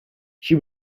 she